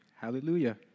Hallelujah